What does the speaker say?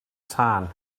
tân